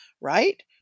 right